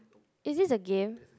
is this a game